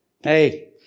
Hey